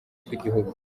tw’igihugu